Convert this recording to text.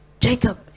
Jacob